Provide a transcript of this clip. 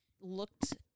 looked